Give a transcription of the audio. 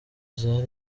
zari